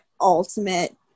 ultimate